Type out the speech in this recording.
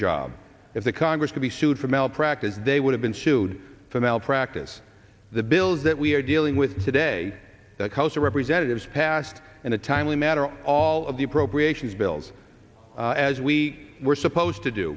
job if the congress could be sued for malpractise they would have been sued for malpractise the bills that we are dealing with today the house of representatives passed in a timely matter all of the appropriations bills as we were supposed to do